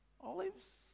Olives